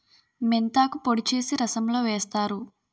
మెంతాకు పొడి చేసి రసంలో వేస్తారు